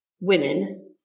women